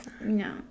No